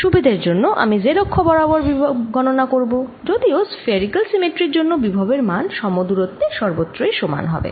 সুবিধের জন্য আমি z অক্ষ বরাবর বিভব গণনা করব যদিও স্ফেরিকাল সিমেট্রির জন্য বিভবের মান সমদূরত্বে সর্বত্র সমান হবে